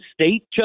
State